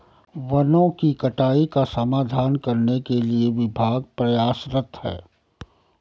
वनों की कटाई का समाधान करने के लिए विभाग प्रयासरत है